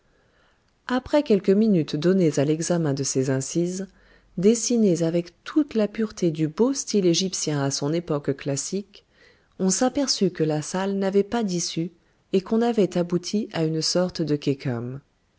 après quelques minutes données à l'examen de ces incises dessinées avec toute la pureté du beau style égyptien à son époque classique on s'aperçut que la salle n'avait pas d'issue et qu'on avait abouti à une sorte de